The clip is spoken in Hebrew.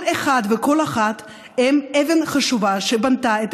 כל אחד וכל אחת הם אבן חשובה שבנתה את